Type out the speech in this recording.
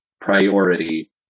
priority